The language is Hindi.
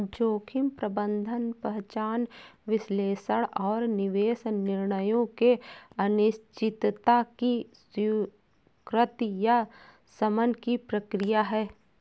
जोखिम प्रबंधन पहचान विश्लेषण और निवेश निर्णयों में अनिश्चितता की स्वीकृति या शमन की प्रक्रिया है